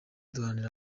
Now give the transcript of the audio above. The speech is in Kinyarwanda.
duharanire